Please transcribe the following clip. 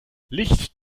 licht